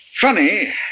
Funny